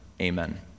amen